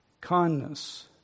kindness